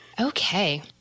Okay